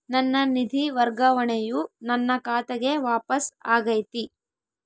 ನನ್ನ ನಿಧಿ ವರ್ಗಾವಣೆಯು ನನ್ನ ಖಾತೆಗೆ ವಾಪಸ್ ಆಗೈತಿ